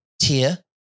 tier